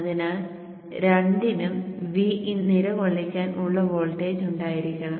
അതിനാൽ രണ്ടിനും Vin നിലകൊള്ളിക്കാൻ ഉള്ള വോൾട്ടജ് ഉണ്ടായിരിക്കണം